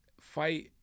Fight